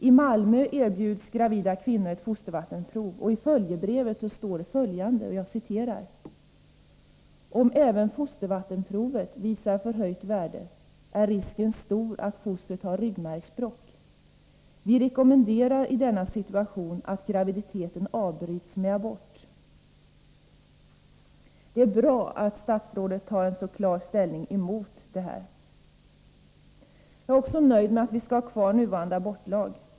I Malmö erbjuds gravida kvinnor fostervattensprov, och i följebrevet står det: ”Om även fostervattensprovet visar förhöjt värde är risken stor att fostret har ryggmärgsbråck. Vi rekommenderar i denna situation att graviditeten avbryts med abort.” Det är bra att statsrådet så klart tar ställning emot detta. Jag är också nöjd med att vi skall ha kvar nuvarande abortlag.